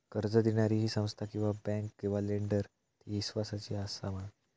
कर्ज दिणारी ही संस्था किवा बँक किवा लेंडर ती इस्वासाची आसा मा?